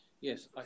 yes